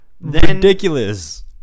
ridiculous